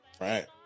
Right